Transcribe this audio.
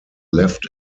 left